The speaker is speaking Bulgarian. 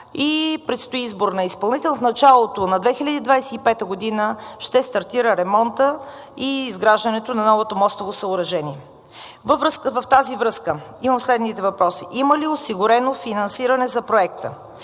предстои избор на изпълнител. В началото на 2025 г. ще стартира ремонтът и изграждането на новото мостово съоръжение. В тази връзка отправям към Вас следните въпроси: има ли осигурено финансиране за проекта?